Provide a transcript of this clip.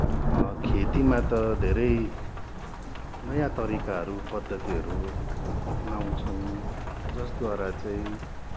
खेतीमा त धेरै नयाँ तरिकाहरू पद्धतिहरू अप्नाउँछन् जसद्वारा चाहिँ